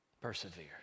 Persevere